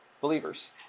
believers